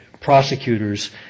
prosecutors